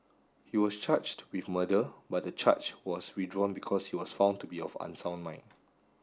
he was charged with murder but the charge was withdrawn because he was found to be of unsound mind